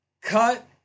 Cut